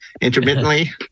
intermittently